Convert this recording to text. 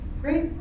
great